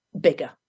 bigger